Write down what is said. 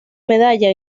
medalla